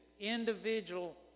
individual